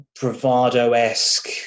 bravado-esque